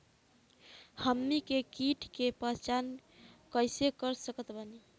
हमनी के कीट के पहचान कइसे कर सकत बानी?